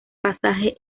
pasaje